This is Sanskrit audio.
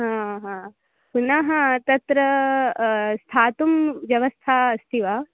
हा हा पुनः तत्र स्थातुं व्यवस्था अस्ति वा